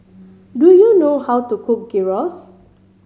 do you know how to cook Gyros